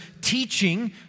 teaching